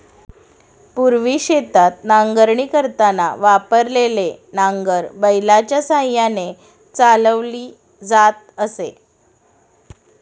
पूर्वी शेतात नांगरणी करताना वापरलेले नांगर बैलाच्या साहाय्याने चालवली जात असे